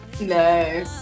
No